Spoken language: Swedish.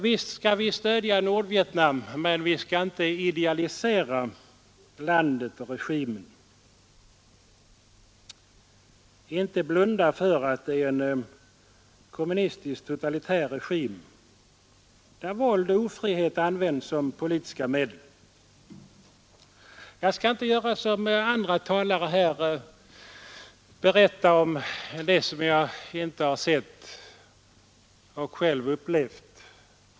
Visst skall vi stödja Nordvietnam, men vi skall inte idealisera landet och regimen, inte blunda för att det är en kommunistisk totalitär regim, där våld och ofrihet används som politiska medel. Jag skall inte göra som andra talare här, berätta om det som jag inte har sett och inte själv upplevt.